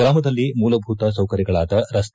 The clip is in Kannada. ಗ್ರಾಮದಲ್ಲಿ ಮೂಲಭೂತ ಸೌಕರ್ಯಗಳಾದ ರಸ್ತೆ